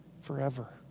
forever